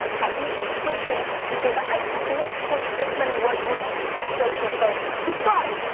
i need subscriptions because i can't push this many right hooks in social so, subscribe!